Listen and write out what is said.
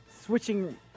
switching